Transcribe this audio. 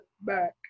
back